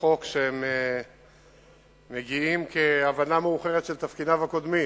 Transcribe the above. חוק שמגיעות כהבנה מאוחרת של תפקידיו הקודמים,